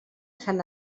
sant